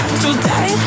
today